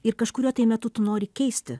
ir kažkuriuo metu tu nori keisti